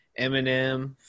Eminem